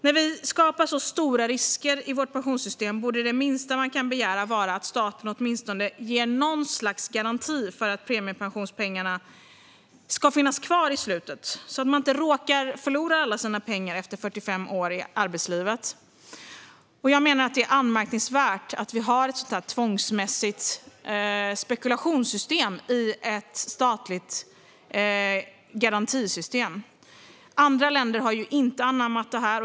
När vi skapar så stora risker i vårt pensionssystem borde det minsta man kan begära vara att staten åtminstone ger något slags garanti för att premiepensionspengarna finns kvar i slutet, så att man inte råkar förlora alla sina pengar efter 45 år i arbetslivet. Jag menar att det är anmärkningsvärt att vi har ett sådant här tvångsmässigt spekulationssystem i ett statligt garantisystem. Andra länder har inte anammat detta.